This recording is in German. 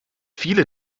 viele